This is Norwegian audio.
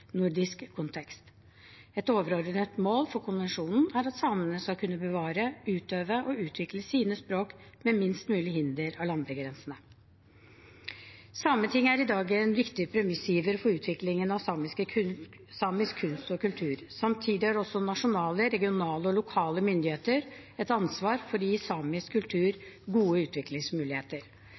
nordisk samekonvensjon i 2016. Den fremforhandlede konvensjonsteksten har vært til behandling i sametingene. Konvensjonen gir samene i de tre landene et felles rettslig rammeverk, tilpasset en samisk–nordisk kontekst. Et overordnet mål med konvensjonen er at samene skal kunne bevare, utøve og utvikle sine språk med minst mulig hinder av landegrensene. Sametinget er i dag en viktig premissgiver for utviklingen av samisk kunst og kultur. Samtidig har også